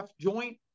joint